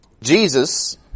Jesus